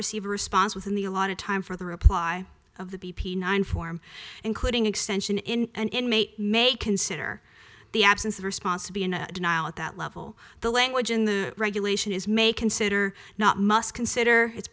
receive a response within the allotted time for the reply of the b p nine form including extension in an inmate may consider the absence of response to be in a denial at that level the language in the regulation is may consider not must consider it's